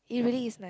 it really is life